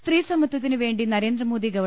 സ്ത്രീസമത്വത്തിന് വേണ്ടി ന്യരേന്ദ്രമോദി ഗവ